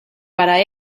para